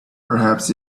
perhaps